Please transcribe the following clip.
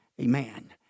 Amen